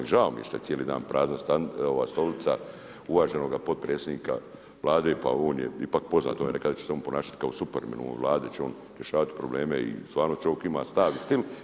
I žao mi je šta je cijeli dan prazna stolica uvaženoga potpredsjednika Vlade, pa on je ipak poznat, on je rekao da će se on ponašati kao Superman u Vladi će on rješavati probleme i stvarno čovjek ima stav i stil.